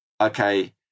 okay